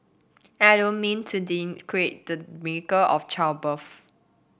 and I don't mean to denigrate the miracle of childbirth